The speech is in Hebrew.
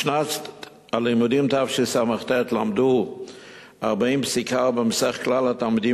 בשנת הלימודים תשס"ט למדו 40.4% מכלל התלמידים